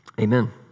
amen